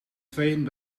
tweeën